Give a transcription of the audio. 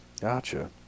Gotcha